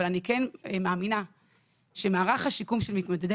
אבל אני כן מאמינה שמערך השיקום של מתמודדי